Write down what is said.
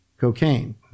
cocaine